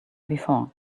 before